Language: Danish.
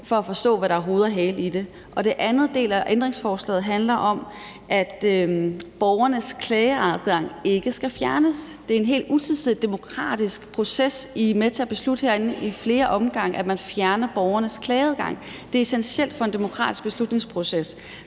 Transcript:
for at forstå, hvad der er hoved og hale i det. Den anden del af ændringsforslaget handler om, at borgernes klageadgang ikke skal fjernes. Det er en proces, I er med til at beslutte herinde ad flere omgange, altså at man fjerner borgernes klageadgang, og det er essentielt for en demokratisk proces.